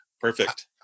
Perfect